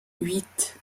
huit